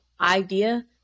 idea